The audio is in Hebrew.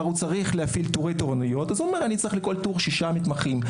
הוא צריך להפעיל תורי תורניות והוא אומר: אני צריך לכל תור שישה מתמחים.